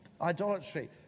idolatry